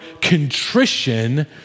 contrition